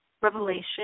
revelation